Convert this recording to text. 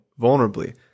vulnerably